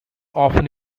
often